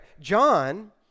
John